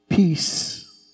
peace